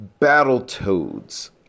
Battletoads